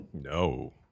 no